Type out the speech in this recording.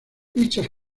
dichas